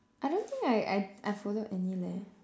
I don't think I I I followed any leh